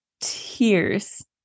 tears